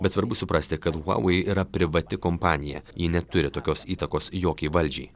bet svarbu suprasti kad huavei yra privati kompanija ji neturi tokios įtakos jokiai valdžiai